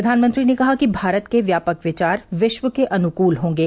प्रधानमंत्री ने कहा कि भारत के व्यापक विचार विश्व के अनुकूल होंगे